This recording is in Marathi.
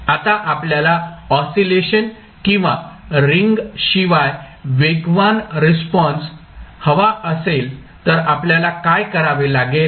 आता आपल्याला ऑसीलेशन किंवा रिंग शिवाय वेगवान रिस्पॉन्स हवा असेल तर आपल्याला काय करावे लागेल